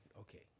okay